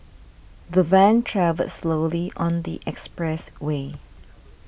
the van travelled slowly on the expressway